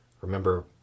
Remember